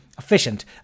efficient